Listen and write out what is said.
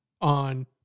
on